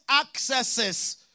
accesses